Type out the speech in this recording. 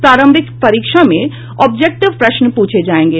प्रारंभिक परीक्षा मे ऑब्जेक्टिव प्रश्न प्रछे जायेंगे